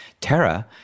Tara